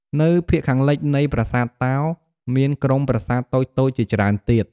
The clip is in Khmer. នៅភាគខាងលិចនៃប្រាសាទតោ មានក្រុមប្រាសាទតូចៗជាច្រើនទៀត។